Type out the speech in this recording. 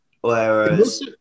Whereas